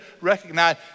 recognize